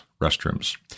restrooms